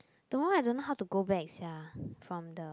don't know I don't know how to go back sia from the